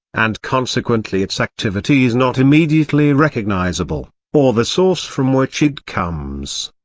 and consequently its activity is not immediately recognisable, or the source from which it comes.